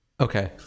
Okay